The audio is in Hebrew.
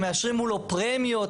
הם מאשרים מולו פרמיות,